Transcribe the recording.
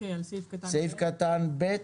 סעיף קטן (ב)